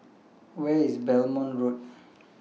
Where IS Belmont Road